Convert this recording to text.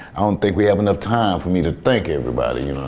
i don't think we have enough time for me to thank everybody, you know